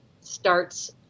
Starts